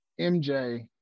MJ